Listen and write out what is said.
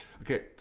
Okay